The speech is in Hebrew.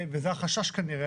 וזה החשש כנראה,